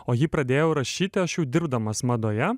o jį pradėjau rašyti aš jau dirbdamas madoje